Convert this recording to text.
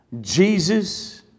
Jesus